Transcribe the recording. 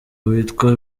witwa